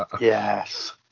Yes